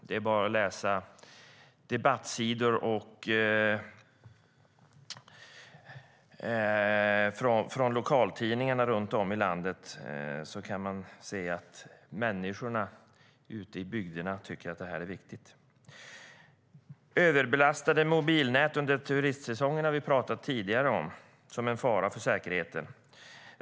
Det är bara att läsa debattsidor i lokaltidningarna runt om i landet för att se att människorna ute i bygderna tycker att det här är viktigt. Överbelastade mobilnät under turistsäsongen som en fara för säkerheten har vi pratat om tidigare.